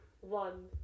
One